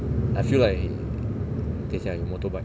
I feel like 等一下有 motorbike